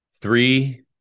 three